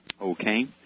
Okay